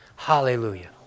Hallelujah